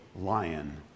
lion